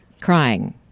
crying